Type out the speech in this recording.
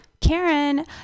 Karen